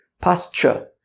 posture